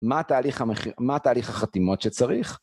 מה התהליך החתימות שצריך?